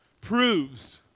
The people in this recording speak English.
proves